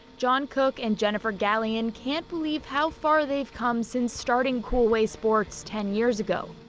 john cook and jennifer gallienne can't believe how far they've come since starting koolway sports ten years ago.